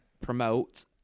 promote